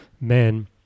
men